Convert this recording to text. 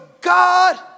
God